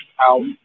out